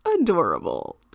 adorable